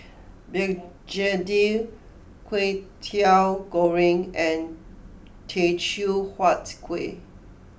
Begedil Kwetiau Goreng and Teochew Huat Kuih